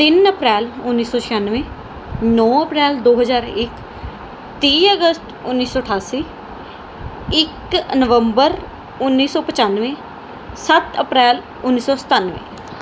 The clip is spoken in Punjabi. ਤਿੰਨ ਅਪ੍ਰੈਲ ਉੱਨੀ ਸੌ ਛਿਆਨਵੇਂ ਨੌ ਅਪ੍ਰੈਲ ਦੋ ਹਜ਼ਾਰ ਇੱਕ ਤੀਹ ਅਗਸਤ ਉੱਨੀ ਸੌ ਅਠਾਸੀ ਇੱਕ ਨਵੰਬਰ ਉੱਨੀ ਸੌ ਪਚਾਨਵੇਂ ਸੱਤ ਅਪ੍ਰੈਲ ਉੱਨੀ ਸੌ ਸਤਾਨਵੇਂ